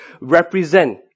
represent